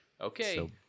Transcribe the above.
Okay